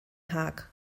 haag